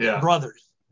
Brothers